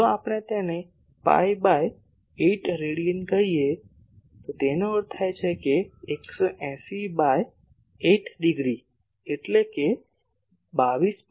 જો આપણે તેને પાઈ બાય ૮ રેડિયન કહીએ તેનો અર્થ છે 180 બાય 8 ડિગ્રી એટલે 22